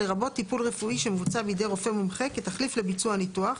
- לרבות טיפול רפואי שמבוצע בידי רופא מומחה כתחליף לביצוע ניתוח,